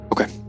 Okay